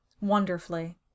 wonderfully